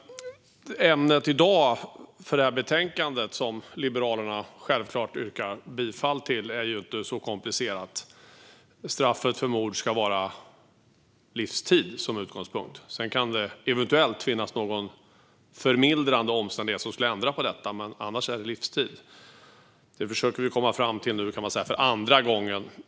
Ämnet för detta betänkande är inte så komplicerat - Liberalerna yrkar självklart bifall till förslaget i betänkandet - och straffet för mord ska vara livstid som utgångspunkt. Sedan kan det eventuellt finnas någon förmildrande omständighet som skulle kunna ändra på detta. Man kan säga att vi med detta förslag försöker komma fram till det för andra gången.